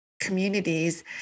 communities